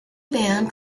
band